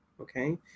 okay